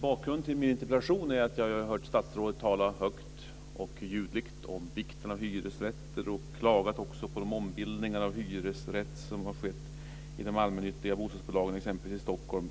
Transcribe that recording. Bakgrunden till min interpellation är att jag har hört statsrådet högt och ljudligt tala om vikten av hyresrätter samt klaga över de ombildningar av hyresrätter till bostadsrätter som har skett hos de allmännyttiga bostadsbolagen, exempelvis i Stockholm.